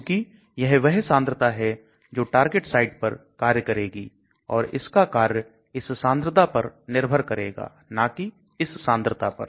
क्योंकि यह वह सांद्रता है जो टारगेट साइट पर कार्य करेगी और इसका कार्य इस सांद्रता पर निर्भर करेगा ना कि इस सांद्रता पर